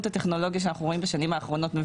הטכנולוגית שאנחנו רואים בשנים האחרונות.